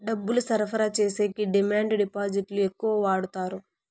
డబ్బులు సరఫరా చేసేకి డిమాండ్ డిపాజిట్లు ఎక్కువ వాడుతారు